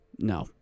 no